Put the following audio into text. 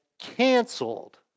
canceled